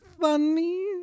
funny